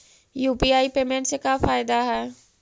UPI payment से का फायदा है?